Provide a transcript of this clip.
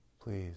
please